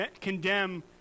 condemn